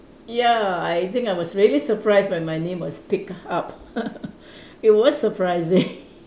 ya I think I was really surprised when my name was picked up it was surprising